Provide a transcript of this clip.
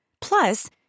Plus